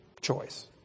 choice